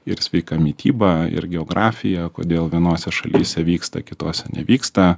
ir sveika mityba ir geografija kodėl vienose šalyse vyksta kitose nevyksta